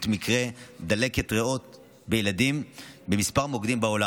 מקרי דלקת ריאות בילדים בכמה מוקדים בעולם.